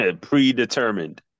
predetermined